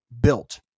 built